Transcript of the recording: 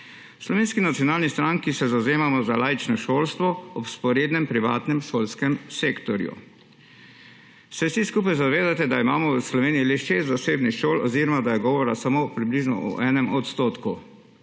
Slovenski nacionalni stranki se zavzemamo za laično šolstvo ob vzporednem privatnem šolskem sektorju. Se vsi skupaj zavedate, da imamo v Sloveniji le šest zasebnih šol oziroma da je govora približno samo o 1 odstotku.